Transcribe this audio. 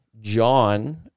John